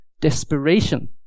desperation